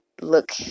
look